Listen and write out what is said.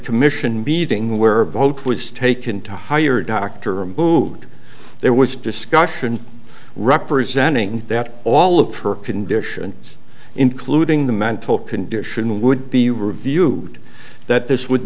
commission meeting where a vote was taken to hire dr removed there was discussion representing that all of her condition including the mental condition would be reviewed that this would